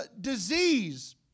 disease